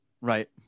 right